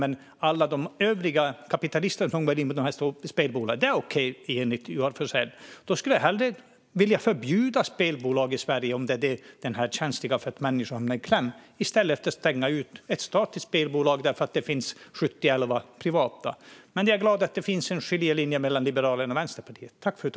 Men för alla de övriga kapitalister som har spelbolag är det okej, enligt Joar Forssell. Jag skulle hellre vilja förbjuda spelbolag i Sverige om det handlar om att människor kommer i kläm i stället för att stänga ute ett statligt spelbolag när det finns sjuttioelva privata. Jag är glad att det finns en skiljelinje mellan Liberalerna och Vänsterpartiet.